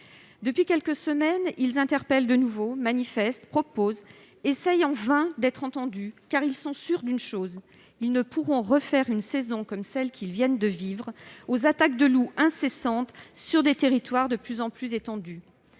Depuis quelques semaines, ceux-ci interpellent de nouveau, manifestent, proposent, cherchent en vain à être entendus. Ils sont effectivement sûrs d'une chose : ils ne pourront refaire une saison comme celle qu'ils viennent de vivre, avec des attaques de loups incessantes sur des territoires de plus en plus étendus.